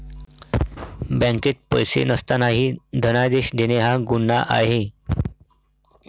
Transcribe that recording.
बँकेत पैसे नसतानाही धनादेश देणे हा गुन्हा आहे